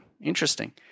Interesting